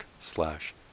slash